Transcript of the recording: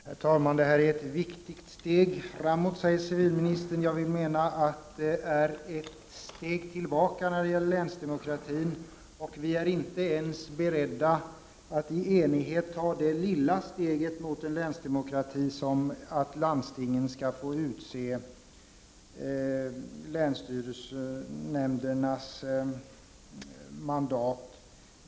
Herr talman! Det här är ett viktigt steg framåt, säger civilministern. Jag vill påstå att det är ett steg tillbaka när det gäller länsdemokratin. Vi är inte ens beredda att i enighet ta det lilla steget mot en länsdemokrati, där landstingen får utse länsstyrelsenämndernas mandat.